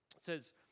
says